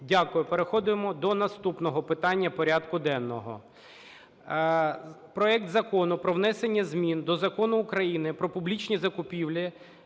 Дякую. Переходимо до наступного питання порядку денного. Проект Закону про внесення змін до Закону України "Про публічні закупівлі"